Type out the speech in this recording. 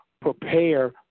prepare